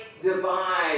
divide